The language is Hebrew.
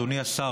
אדוני השר,